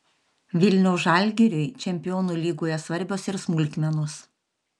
vilniaus žalgiriui čempionų lygoje svarbios ir smulkmenos